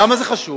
למה זה חשוב?